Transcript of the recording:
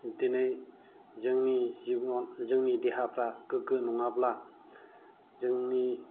दिनै जोंनि जिउआ जोंनि देहाफोरा गोगो नङाब्ला जोंनि